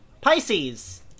Pisces